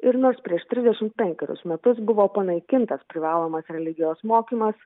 ir nors prieš trisdešimt penkerius metus buvo panaikintas privalomas religijos mokymas